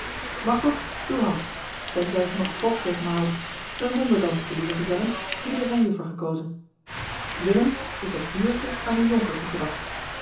machteld uwe hand tenzij ge nog wrok tegen mij houdt een rondedanske lieve gezellen ieder zijne juffer gekozen willem ik heb dieuwertje aan een jonker toegedacht